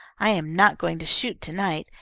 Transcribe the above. i am not going to shoot to-night.